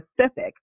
specific